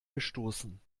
gestoßen